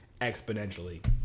exponentially